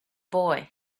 boy